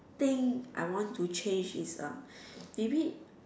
thing I want to change is um maybe